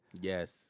Yes